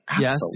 yes